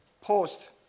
post